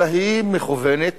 אלא מכוונת